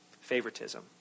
Favoritism